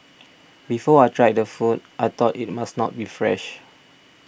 before I tried the food I thought it must not be fresh